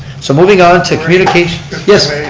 so moving on to communication yes,